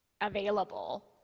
available